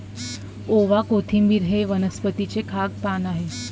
ओवा, कोथिंबिर हे वनस्पतीचे खाद्य पान आहे